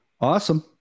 Awesome